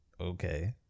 Okay